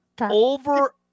over